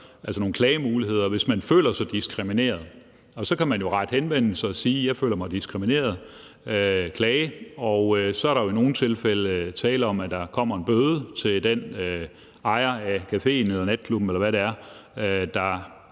var inde på det før, hvis man føler sig diskrimineret. Så kan man jo rette henvendelse og sige, at man føler sig diskrimineret, og klage, og så er der i nogle tilfælde tale om, at der kommer en bøde til den ejer af caféen eller natklubben, eller hvad det er, der